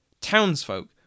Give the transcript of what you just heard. Townsfolk